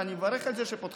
ואני מברך על זה שפותחים,